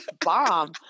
bomb